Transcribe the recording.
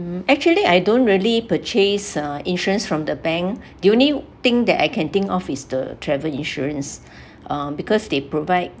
mm actually I don't really purchase uh insurance from the bank the only thing that I can think of is the travel insurance um because they provide